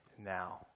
Now